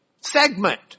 segment